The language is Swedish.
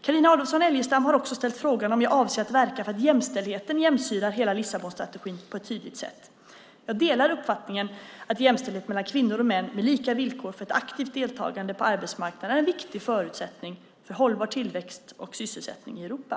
Carina Adolfsson Elgestam har också ställt frågan om jag avser att verka för att jämställdheten genomsyrar hela Lissabonstrategin på ett tydligt sätt. Jag delar uppfattningen att jämställdhet mellan kvinnor och män med lika villkor för ett aktivt deltagande på arbetsmarknaden är en viktig förutsättning för hållbar tillväxt och sysselsättning i Europa.